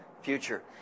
future